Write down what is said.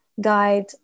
guide